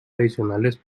tradicionales